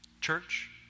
Church